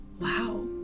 wow